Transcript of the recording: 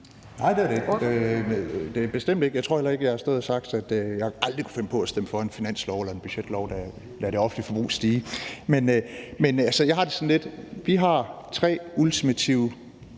Nej, det er det ikke, bestemt ikke. Jeg tror heller ikke, jeg har stået og sagt, at jeg aldrig kunne finde på at stemme for en finanslov eller en budgetlov, der lader det offentlige forbrug stige. Men jeg har det sådan lidt, at vi har tre ultimative